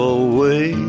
away